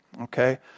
Okay